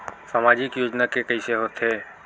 सामाजिक योजना के कइसे होथे?